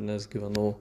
nes gyvenau